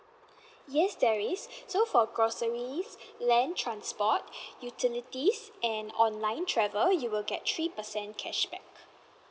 yes there is so for groceries land transport utilities and online travel you will get three percent cashback